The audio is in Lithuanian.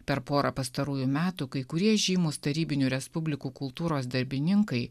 per porą pastarųjų metų kai kurie žymūs tarybinių respublikų kultūros darbininkai